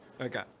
Okay